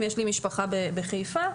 יש להם משפחה בחיפה,